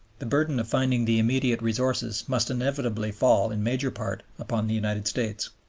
the burden of finding the immediate resources must inevitably fall in major part upon the united states.